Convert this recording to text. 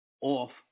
off